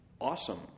Awesome